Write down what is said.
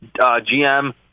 GM